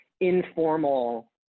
informal